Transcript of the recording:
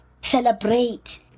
celebrate